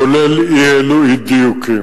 כולל אי-אלו אי-דיוקים,